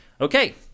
Okay